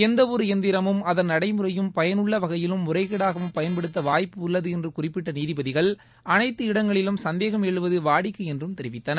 எந்த ஒரு எந்திரமும் அதன் நடைமுறையும் பயனுள்ள வகையிலும் முறைகோடாகவும் பயன்படுத்த வாய்ப்பு உள்ளது என்று குறிப்பிட்ட நீதிபதிகள் அனைத்து இடங்களிலும் சந்தேகம் எழுவது வாடிக்கை என்றும் தெரிவித்தனர்